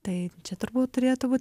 tai čia turbūt turėtų būt